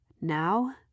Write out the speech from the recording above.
Now